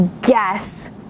guess